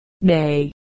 Nay